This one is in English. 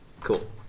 Cool